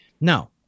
Now